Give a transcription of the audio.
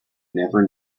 never